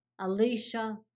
Alicia